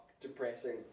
depressing